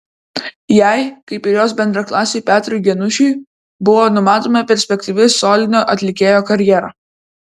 jai kaip ir jos bendraklasiui petrui geniušui buvo numatoma perspektyvi solinio atlikėjo karjera